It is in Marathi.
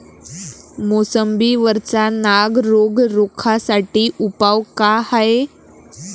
मोसंबी वरचा नाग रोग रोखा साठी उपाव का हाये?